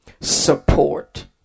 support